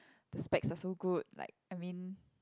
the specs are so good like I mean